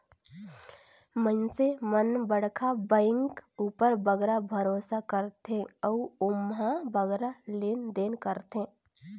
मइनसे मन बड़खा बेंक उपर बगरा भरोसा करथे अउ ओम्हां बगरा लेन देन करथें